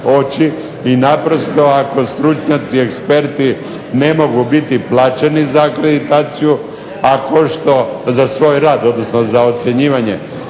i naprosto ako stručnjaci, eksperti ne mogu biti plaćeni za akreditaciju, a kao što, za svoj rad, odnosno za ocjenjivanje